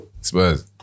Spurs